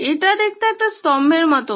এটি দেখতে একটি স্তম্ভের মতো